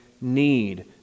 need